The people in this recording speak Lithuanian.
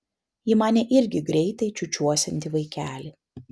ji manė irgi greitai čiūčiuosianti vaikelį